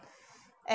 and